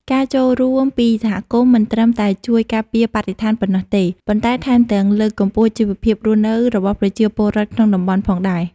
ការចូលរួមពីសហគមន៍មិនត្រឹមតែជួយការពារបរិស្ថានប៉ុណ្ណោះទេ ប៉ុន្តែថែមទាំងលើកកម្ពស់ជីវភាពរស់នៅរបស់ប្រជាពលរដ្ឋក្នុងតំបន់ផងដែរ។